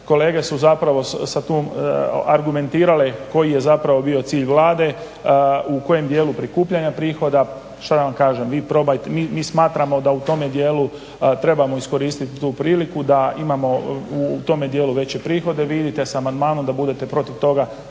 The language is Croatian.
kolege su zapravo argumentirale koji je bio cilj Vlade u kojem dijelu prikupljanja prihoda. Šta da vam kažem? Mi smatramo da u tom dijelu trebamo iskoristiti tu priliku da u tome dijelu imamo veće prihode. Vi idite sa amandmanom da budete protiv toga